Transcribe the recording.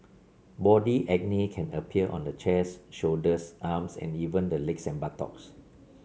body acne can appear on the chest shoulders arms and even the legs and buttocks